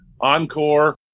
encore